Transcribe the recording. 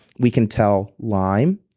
we can tell lyme.